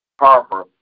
Harper